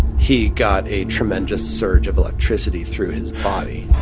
he got a tremendous surge of electricity through his body.